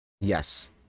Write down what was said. Yes